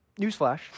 Newsflash